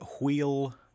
Wheel